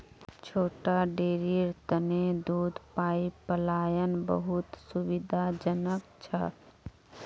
छोटा डेरीर तने दूध पाइपलाइन बहुत सुविधाजनक छ